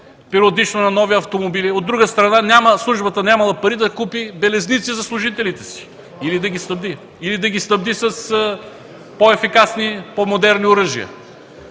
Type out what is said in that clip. периодично на нови автомобили, а, от друга страна, службата нямала пари да купи белезници за служителите си или да ги снабди с по-ефикасни, по-модерни оръжия.